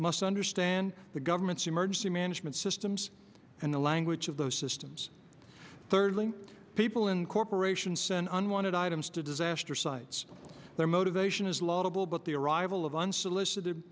must understand the government's emergency management systems and the language of those systems thirdly people incorporation send unwanted items to disaster sites their motivation is laudable but the arrival of unsolicited